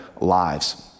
lives